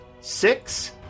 Six